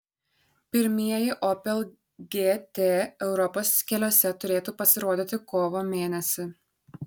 pirmieji opel gt europos keliuose turėtų pasirodyti kovo mėnesį